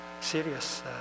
serious